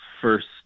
first